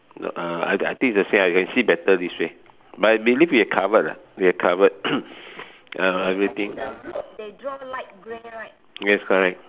no uh I think I think is the same I can see better this way but I believe we've covered we've covered uh everything yes correct